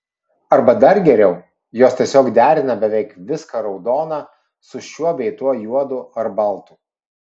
arba dar geriau jos tiesiog derina beveik viską raudoną su šiuo bei tuo juodu ar baltu